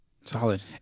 Solid